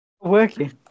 working